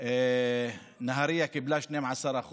נהריה קיבלה 12%,